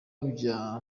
bya